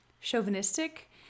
chauvinistic